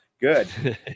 good